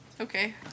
Okay